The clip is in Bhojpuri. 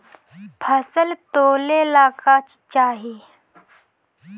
फसल तौले ला का चाही?